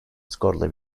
skorla